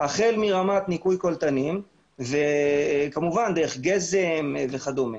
החל מרמת ניקוי קולטנים וכמובן דרך גזם וכדומה.